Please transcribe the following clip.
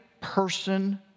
person